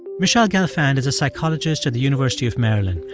michele gelfand is a psychologist at the university of maryland.